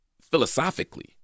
philosophically